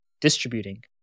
distributing